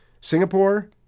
Singapore